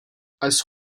als